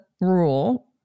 rule